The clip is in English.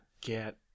Get